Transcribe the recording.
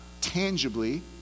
tangibly